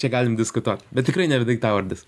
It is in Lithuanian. čia galim diskutuot bet tikrai nėra daiktavardis